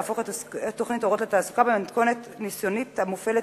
להפוך את תוכנית "אורות לתעסוקה" מתוכנית ניסיונית המופעלת